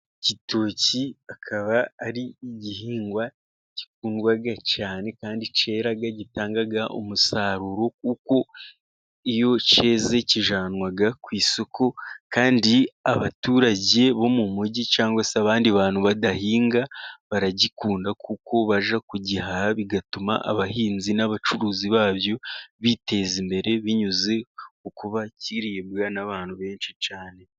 Igitoki akaba ari igihingwa gikundwa cyane kandi cyera gitanga umusaruro kuko iyo cyeze kijyanwa ku isoko, kandi abaturage bo mu mujyi cyangwa se abandi bantu badahinga baragikunda kuko bajya kugihaha. Bigatuma abahinzi n'abacuruzi babyo biteza imbere binyuze mu kuba kiribwa n'abantu benshi cyane.